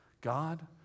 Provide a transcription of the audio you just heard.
God